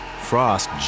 Frost